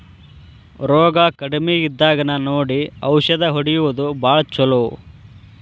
ರೋಗಾ ಕಡಮಿ ಇದ್ದಾಗನ ನೋಡಿ ಔಷದ ಹೊಡಿಯುದು ಭಾಳ ಚುಲೊ